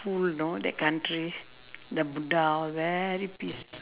full know that country the Buddha all very peace